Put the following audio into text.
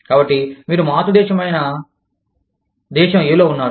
కాబట్టి మీరు మాతృదేశమైన దేశం A లో ఉన్నారు